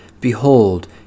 Behold